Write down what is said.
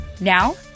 Now